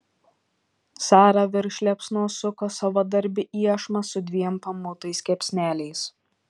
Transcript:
sara virš liepsnos suko savadarbį iešmą su dviem pamautais kepsneliais